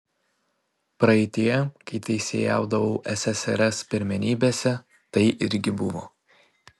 praeityje kai teisėjaudavau ssrs pirmenybėse tai irgi buvo